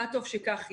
מה טוב שכך יהיה.